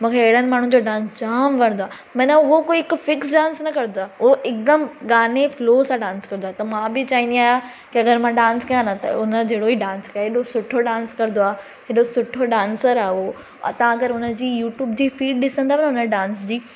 मूंखे अहिड़नि माण्हुनि जो डांस जाम वणंदो आहे माना उहो कोई हिकु फ़िक्स डांस न कंदो आहे उहो हिकदमि गाने फ़्लो सां डांस कंदो आहे त मां बि चाहींदी आहियां के अगरि मां डांस कयां न त हुन जहिड़ो ई डांस कयां हेॾो सुठो डांस कंदो आहे हेॾो सुठो डांसर आहे उहो तव्हां अगरि हुनजी यूट्यूब जी फीड ॾिसंदव न हुनजे डांस जी